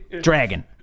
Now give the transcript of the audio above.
Dragon